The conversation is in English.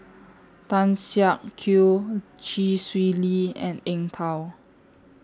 Tan Siak Kew Chee Swee Lee and Eng Tow